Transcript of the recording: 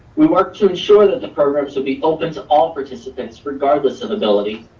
we worked to ensure that the programs will be open to all participants, regardless of ability.